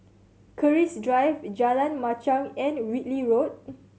Keris Drive Jalan Machang and Whitley Road